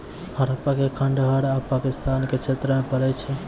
हड़प्पा के खंडहर आब पाकिस्तान के क्षेत्र मे पड़ै छै